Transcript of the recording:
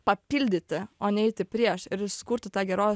papildyti o ne eiti prieš ir sukurti tą gerovę